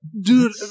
Dude